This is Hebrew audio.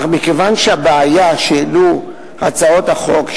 אך מכיוון שהבעיה שהעלו הצעות החוק,